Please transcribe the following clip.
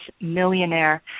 Millionaire